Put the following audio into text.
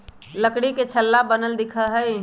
लकड़ी पर छल्ला बनल दिखा हई